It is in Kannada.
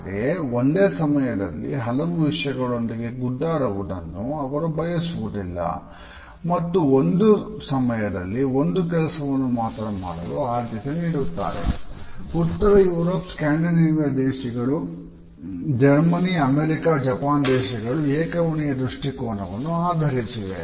ಹಾಗೆಯೇ ಒಂದೇ ಸಮಯದಲ್ಲಿ ಹಲವು ವಿಷಯಗಳೊಂದಿಗೆ ಗುದ್ದಾಡುವುದನ್ನು ಅವರು ಬಯಸುವುದಿಲ್ಲ ಮತ್ತು ಒಂದು ಸಮಯದಲ್ಲಿ ಒಂದು ಕೆಲಸವನ್ನು ಮಾತ್ರ ಮಾಡಲು ಆದ್ಯತೆ ನೀಡುತ್ತಾರೆ ಉತ್ತರ ಯುರೋಪ್ ಸ್ಕ್ಯಾಂಡಿನೇವಿಯನ್ ದೇಶಗಳು ಜರ್ಮನಿ ಅಮೆರಿಕ ಜಪಾನ್ ದೇಶಗಳು ಏಕವರ್ಣೀಯ ದೃಷ್ಟಿಕೋನವನ್ನು ಆಧರಿಸಿವೆ